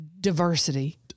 diversity